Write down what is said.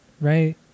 Right